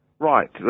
Right